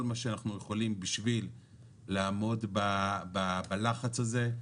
מה שאנחנו יכולים בשביל לעמוד בלחץ הזה.